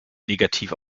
negativ